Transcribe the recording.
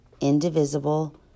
indivisible